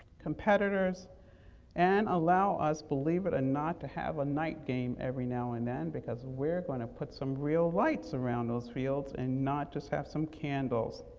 competitors and allow us, believe it or not, to have a night game every now and then because we're gonna put some real lights around those fields and not just have some candles.